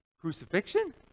Crucifixion